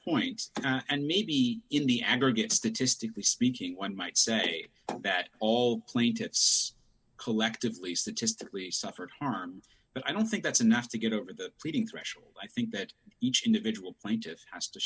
point and maybe in the aggregate statistically speaking one might say that all plaintiffs collectively statistically suffered harm but i don't think that's enough to get over that pleading threshold i think that each individual plaintiff has to